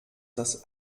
das